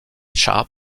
sharp